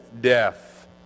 death